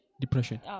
depression